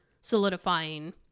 solidifying